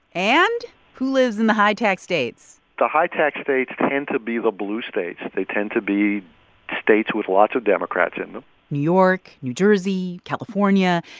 and who lives in the high-tax states? the high-tax states tend to be the blue states. they tend to be states with lots of democrats in them york, new jersey, california.